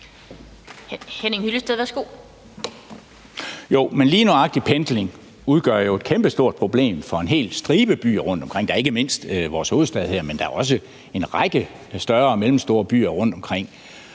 Henning Hyllested (EL): Lige nøjagtig pendling udgør jo et kæmpestort problem for en helt stribe byer rundtomkring, ikke mindst vores hovedstad her. Men der er jo også en række større og mellemstore byer rundtomkring.